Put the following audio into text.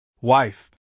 Wife